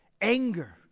anger